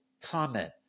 comment